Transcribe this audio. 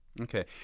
Okay